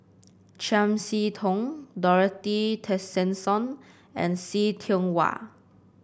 Chiam See Tong Dorothy Tessensohn and See Tiong Wah